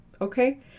Okay